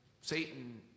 Satan